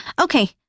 Okay